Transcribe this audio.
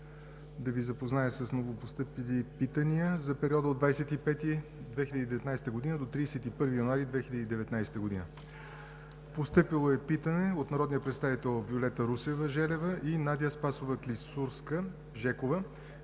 Да Ви запозная с новопостъпили питания за периода от 25 до 31 януари 2019 г. Постъпили са питания от: - народния представител Виолета Русева Желева и Надя Спасова Клисурска-Жекова